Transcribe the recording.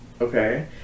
okay